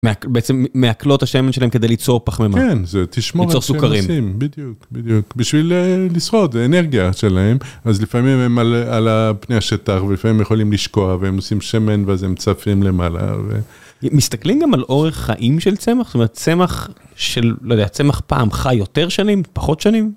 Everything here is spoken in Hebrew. בעצם מעקלות השמן שלהם כדי ליצור פחמימה. כן, זה תשמור על שם מסים, בדיוק, בדיוק. בשביל לחסוך, זה אנרגיה שלהם. אז לפעמים הם על פני השטח, ולפעמים הם יכולים לשקוע, והם עושים שמן, ואז הם צפים למעלה, ו... מסתכלים גם על אורך חיים של צמח? זאת אומרת, צמח של... לא יודע, צמח פעם חי יותר שנים, פחות שנים?